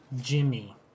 Jimmy